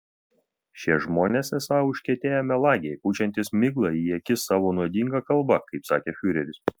šie žmonės esą užkietėję melagiai pučiantys miglą į akis savo nuodinga kalba kaip sakė fiureris